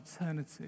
eternity